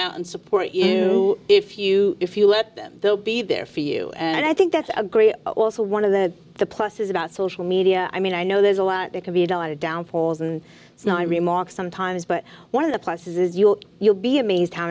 out and support you if you if you let them they'll be there for you and i think that's a great also one of the the pluses about social media i mean i know there's a lot that can be dotted downfalls and snide remarks sometimes but one of the pluses is you know you'll be amazed how